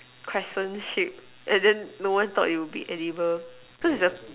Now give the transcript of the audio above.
crescent shape and then no one thought it would be edible cause its a